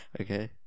Okay